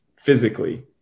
physically